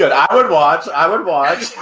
but i would watch, i would watch.